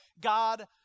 God